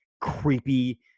creepy